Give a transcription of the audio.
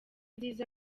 nziza